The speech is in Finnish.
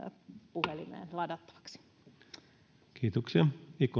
puhelimeen ladattavaksi